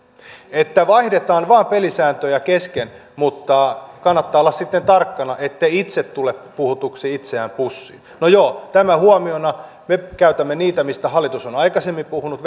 vaihdetaan vain pelisääntöjä kesken mutta kannattaa olla sitten tarkkana ettei itse tule puhuneeksi itseään pussiin no joo tämä huomiona me käytämme niitä lukuja joilla hallitus on aikaisemmin puhunut